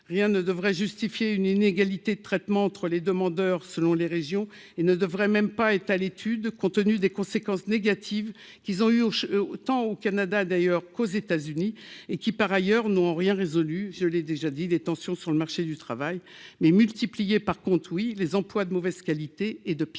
rien ne devrait justifier une inégalité de traitement entre les demandeurs selon les régions et ne devrait même pas être à l'étude, compte tenu des conséquences négatives qu'ils ont eu au autant au Canada d'ailleurs qu'aux États-Unis et qui par ailleurs n'ont rien résolu, je l'ai déjà dit des tensions sur le marché du travail mais multiplié par contre oui, les employes de mauvaise qualité et de piètre